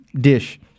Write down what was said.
dish